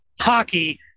hockey